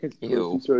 Ew